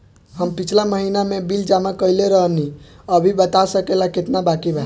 हम पिछला महीना में बिल जमा कइले रनि अभी बता सकेला केतना बाकि बा?